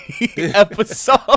episode